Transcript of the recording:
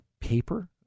paper